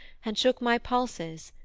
and shook my pulses,